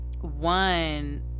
one